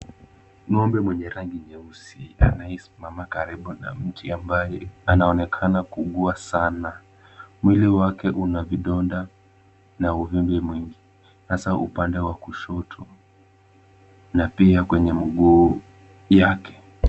Ng'ombe mwenye rangi nyeusi anaye simama karibu na mti ambaye anaonekana kugua sana. Mwili wake una vidonda na uvimbe mwingi, hasa upande wa kushoto. Na pia kwenye mguu yake.